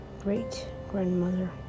great-grandmother